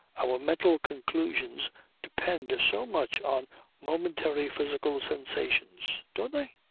our mental conclusions depend so much on momentary physical sensations don't they?